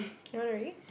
you wanna read